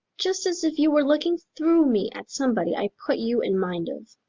just as if you were looking through me at somebody i put you in mind of,